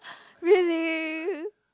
really